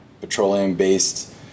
petroleum-based